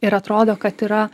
ir atrodo kad yra